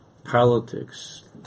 politics